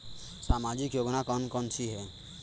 सामाजिक योजना कौन कौन सी हैं?